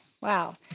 Wow